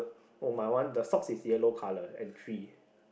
oh my one the socks is yellow colour and three